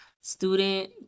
Student